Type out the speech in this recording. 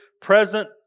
present